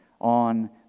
on